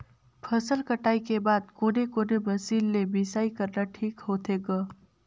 फसल कटाई के बाद कोने कोने मशीन ले मिसाई करना ठीक होथे ग?